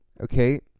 okay